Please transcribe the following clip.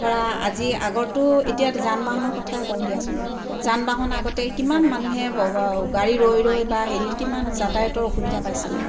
ধৰা আজি আগৰটো এতিয়া যান বাহনৰ কথাই কওঁ দিয়াচোন যান বাহন আগতে কিমান মানুহে গাড়ী ৰৈ ৰৈ বা হেৰিত কিমান যাতায়াতৰ অসুবিধা পাইছিলে